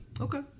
Okay